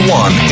one